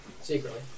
Secretly